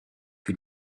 que